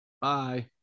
Bye